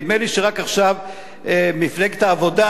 נדמה לי שרק עכשיו מפלגת העבודה,